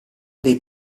dei